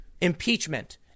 impeachment